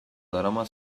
darama